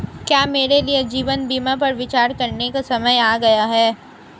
क्या मेरे लिए जीवन बीमा पर विचार करने का समय आ गया है?